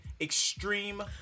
Extreme